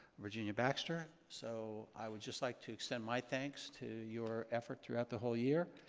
virginia baxter. so i would just like to extent my thanks to your effort throughout the whole year.